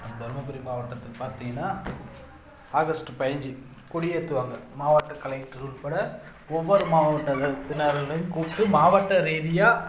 தருமபுரி மாவட்டத்தை பார்த்திங்கன்னா ஆகஸ்ட் பயஞ்சி கொடியேற்றுவாங்க மாவட்ட கலெக்டரு உட்பட ஒவ்வொரு மாவட்டத்தினரையும் எல்லோரையும் கூப்பிட்டு மாவட்ட ரீதியாக